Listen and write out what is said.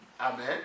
Amen